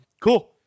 Cool